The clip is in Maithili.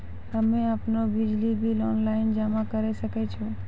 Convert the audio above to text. हम्मे आपनौ बिजली बिल ऑनलाइन जमा करै सकै छौ?